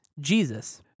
Jesus